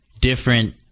different